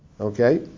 Okay